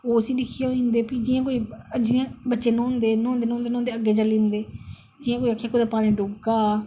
ओह उसी दिक्खियै होई जंदे फ्ही जियां कोई बच्चे न्हौंदे न्हौंदे न्होदे अग्गे चली जंदे जियां कोई आक्खे पानी च डुब्बा दा